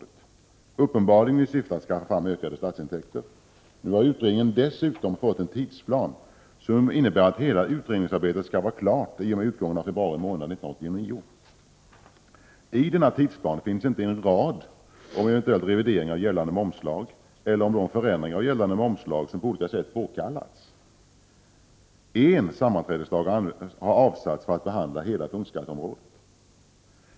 Detta har uppenbarligen skett i syfte att skaffa fram ökade statsintäkter. Nu har utredningen dessutom fått en tidsplan, som innebär att hela utredningsarbetet skall vara klart i och med utgången av februari månad 1989. I denna tidsplan står inte en rad om en eventuell revidering av gällande momslag eller om de förändringar av 139 gällande momslag som på olika sätt påkallats. Endast en sammanträdesdag har avsatts för att behandla punktskatteområdet.